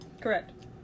Correct